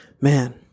Man